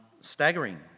Staggering